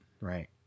Right